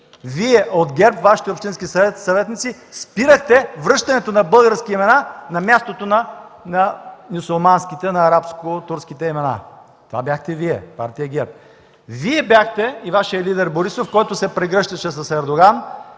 Вие от ГЕРБ, Вашите общински съветници спирахте връщането на български имена на мястото на мюсюлманските, на арабско-турските имена. Това бяхте Вие – Партия ГЕРБ. Вие бяхте и Вашият лидер Борисов, който се прегръщаше с Ердоган,